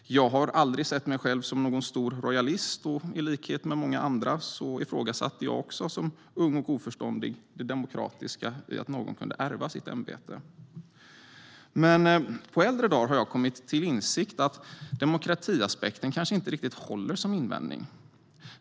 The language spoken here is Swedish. Jag har aldrig sett mig själv som någon stor rojalist, och i likhet med många andra ifrågasatte jag också som ung och oförståndig det demokratiska i att någon kunde ärva sitt ämbete. Men på äldre dagar har jag kommit till insikt om att demokratiaspekten kanske inte riktigt håller som invändning.